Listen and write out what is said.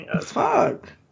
fuck